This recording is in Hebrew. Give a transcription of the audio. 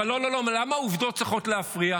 אבל לא, לא, לא, למה העובדות צריכות להפריע?